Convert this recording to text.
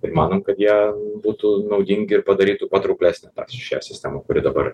ir manom kad jie būtų naudingi ir padarytų patrauklesnę šią sistemą kuri dabar